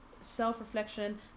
self-reflection